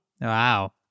Wow